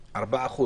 4%,